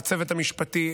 לצוות המשפטי,